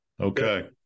okay